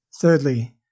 Thirdly